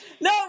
No